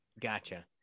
Gotcha